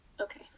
Okay